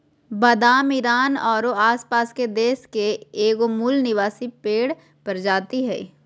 बादाम ईरान औरो आसपास के देश के मूल निवासी पेड़ के एगो प्रजाति हइ